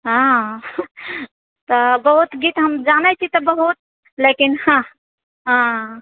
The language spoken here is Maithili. हँ हऽ तब बहुत गीत हम जानए छी तऽ बहुत लेकिन हँ हँ हँ